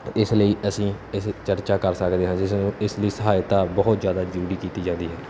ਇਸ ਲਈ ਅਸੀਂ ਇਸ ਚਰਚਾ ਕਰ ਸਕਦੇ ਹਾਂ ਜਿਸ ਨੂੰ ਇਸ ਦੀ ਸਹਾਇਤਾ ਬਹੁਤ ਜ਼ਿਆਦਾ ਜ਼ਰੂਰੀ ਕੀਤੀ ਜਾਂਦੀ ਹੈ